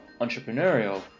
entrepreneurial